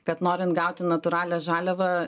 kad norint gauti natūralią žaliavą